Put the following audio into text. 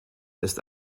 ist